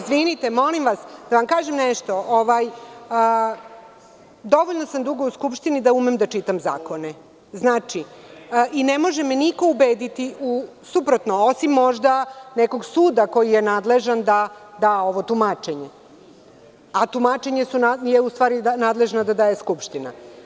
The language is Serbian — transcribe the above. Dovoljno sam dugo u Skupštini da umem da čitam zakone i ne može mi niko ubediti u suprotno, osim možda nekog suda koji je nadležan da da ovo tumačenje, a tumačenja je u stvari nadležna da daje Skupština.